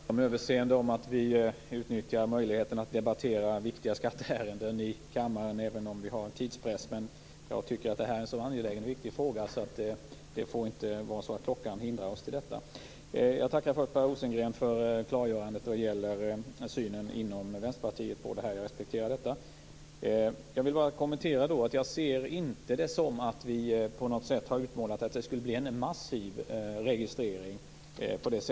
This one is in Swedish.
Fru talman! Jag ber om överseende med att vi utnyttjar möjligheten att debattera viktiga skatteärenden i kammaren även om vi har tidspress. Jag tycker att det här är en sådan angelägen och viktig fråga, så det får inte vara så att klockan hindrar oss från att debattera den. Jag tackar först Per Rosengren för klargörandet då det gäller synen på den här frågan inom Vänsterpartiet. Jag respekterar detta. Jag ser det inte som att vi, som Per Rosengren anför, har utmålat att det skulle bli en massiv registrering.